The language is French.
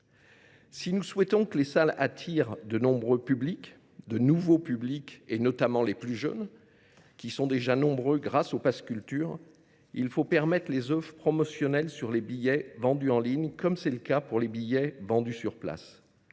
Si nous souhaitons que les salles attirent de nouveaux publics, notamment les plus jeunes qui sont déjà nombreux grâce au pass Culture, il faut autoriser les offres promotionnelles sur les billets vendus en ligne, comme c’est le cas pour les billets vendus sur place.